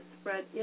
spread